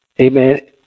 Amen